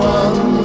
one